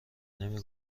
نمی